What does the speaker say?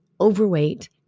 overweight